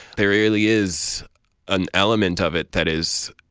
there really is an element of it that is,